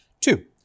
Two